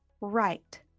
right